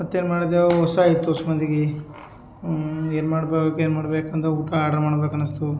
ಮತ್ತು ಏನು ಮಾಡಿದೆವು ಉಸಾ ಆಯಿತು ಒಸು ಮಂದಿಗೆ ಏನು ಮಾಡಾಬೇಕು ಏನು ಮಾಡಬೇಕಂತ ಊಟ ಆಡ್ರ್ ಮಾಡಬೇಕನಸ್ತು